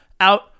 out